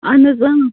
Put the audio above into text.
اَہَن حَظ